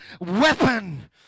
weapon